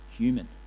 Human